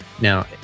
Now